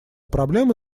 проблема